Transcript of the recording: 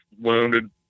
wounded